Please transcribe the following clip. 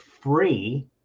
free